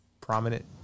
prominent